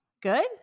Good